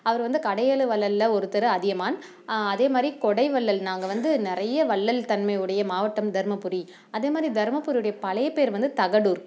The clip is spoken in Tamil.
அவர் வந்து கடையேழு வள்ளலில் ஒருத்தர் அதியமான் அதே மாதிரி கொடை வள்ளல் நாங்கள் வந்து நிறைய வள்ளல் தன்மை உடைய மாவட்டம் தர்மபுரி அதே மாதிரி தர்மபுரியுடைய பழைய பேர் வந்து தகடூர்